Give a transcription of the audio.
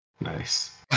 Nice